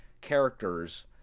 characters